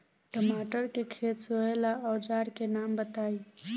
टमाटर के खेत सोहेला औजर के नाम बताई?